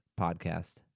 Podcast